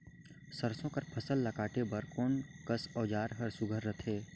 सरसो कर फसल ला काटे बर कोन कस औजार हर सुघ्घर रथे?